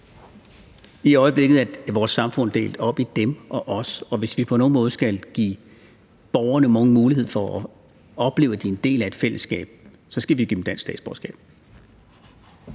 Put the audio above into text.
i øjeblikket er vores samfund delt op i dem og os, og hvis vi på nogen måde skal give borgerne en mulighed for at opleve, at de er en del af et fællesskab, så skal vi give dem dansk statsborgerskab.